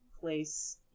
place